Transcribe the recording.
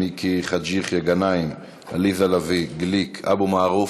חאג' יחיא, גנאים, עליזה לביא, גליק, אבו מערוף,